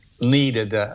needed